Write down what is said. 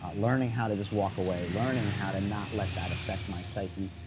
ah learning how to just walk away, learning how to not let that affect my psyche,